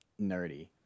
nerdy